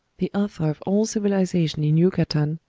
the author of all civilization in yucatan,